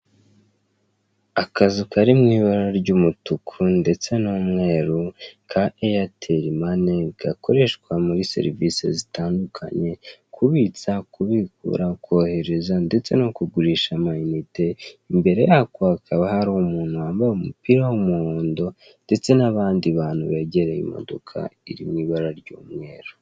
Akazu kari mu ibara ry'umutuku ndetse n'umweru ka Eyateri mani, gakoresha muri serivise zitandukanye kubitsa, kubikura, kohereza ndetse no kugurisha amayinite, imbere yako hakaba hari umuntu wambaye umupira w'umuhondo ndetse n'abandi bantu begereye imdoka iri mu ibara ry'umweru.